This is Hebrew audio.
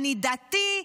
אני דתי,